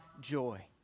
joy